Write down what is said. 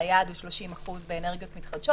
והיעד הוא 30% באנרגיות מתחדשות.